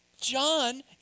John